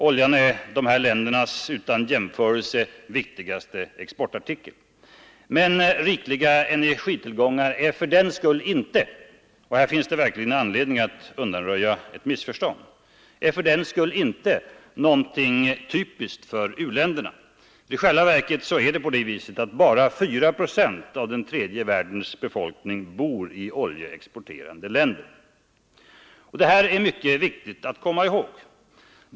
Oljan är dessa länders utan jämförelse viktigaste exportartikel. Men rikliga energitillgångar är fördenskull inte — och här finns det verkligen anledning att undanröja ett missförstånd — någonting typiskt för u-länderna. I själva verket bor bara 4 procent av den tredje världens befolkning i oljeexporterande länder. Detta är viktigt att komma ihåg.